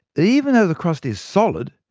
even though the crust is solid,